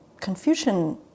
Confucian